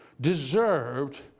deserved